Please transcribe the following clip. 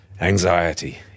Anxiety